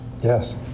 Yes